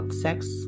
Sex